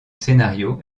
scénario